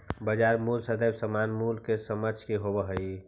बाजार मूल्य सदैव सामान्य मूल्य के समकक्ष ही होवऽ हइ